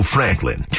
Franklin